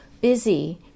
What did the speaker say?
busy